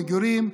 מגורים,